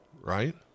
right